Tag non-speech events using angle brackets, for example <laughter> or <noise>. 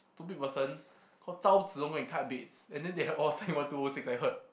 <unintelligible>